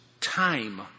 time